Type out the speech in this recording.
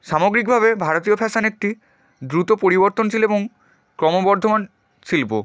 সামগ্রিকভাবে ভারতীয় ফ্যাশন একটি দ্রুত পরিবর্তনশীল এবং ক্রমবর্ধমান শিল্প